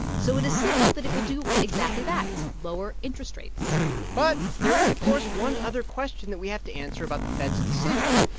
so it has signaled that it will do exactly that lower interest rates but there is, of course, one other question that we have to answer about the fed's decision.